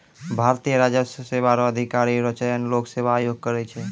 भारतीय राजस्व सेवा रो अधिकारी रो चयन लोक सेवा आयोग करै छै